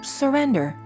surrender